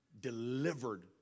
delivered